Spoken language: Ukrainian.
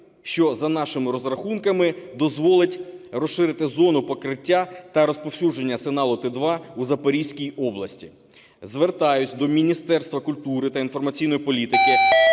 що, за нашими розрахунками, дозволить розширити зону покриття та розповсюдження сигналу Т2 у Запорізькій області. Звертаюсь до Міністерства культури та інформаційної політики,